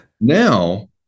now